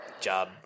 job